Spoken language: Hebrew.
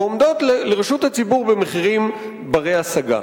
ועומדות לרשות הציבור במחירים בני-השגה.